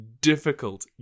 difficult